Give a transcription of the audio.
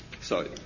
Sorry